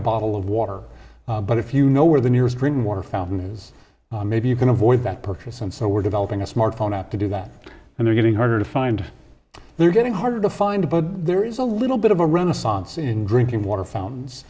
a bottle of water but if you know where the nearest drinking water fountain is maybe you can avoid that purchase and so we're developing a smartphone app to do that and they're getting harder to find they're getting harder to find but there is a little bit of a renaissance in drinking water fountains